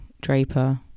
Draper